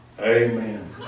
Amen